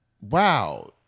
wow